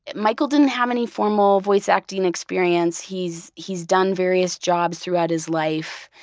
but michael didn't have any formal voice acting experience. he's he's done various jobs throughout his life,